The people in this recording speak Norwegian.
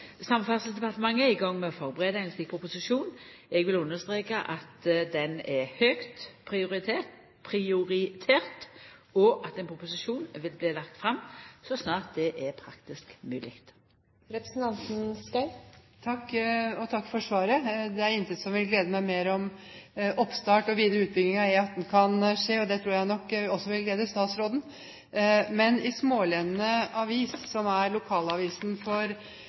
Samferdselsdepartementet er i gang med å førebu ein slik proposisjon. Eg vil understreka at dette er høgt prioritert, og at ein proposisjon vil bli lagd fram så snart det er praktisk mogleg. Takk for svaret. Det er intet som vil glede meg mer enn om oppstart og videre utbygging av E18 kan skje, og det tror jeg nok også vil glede statsråden. Ifølge Smaalenene, som er lokalavisen for